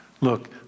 Look